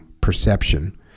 perception